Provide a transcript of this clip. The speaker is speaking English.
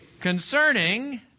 concerning